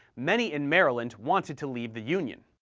many in maryland wanted to leave the union.